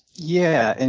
yeah, and